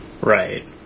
Right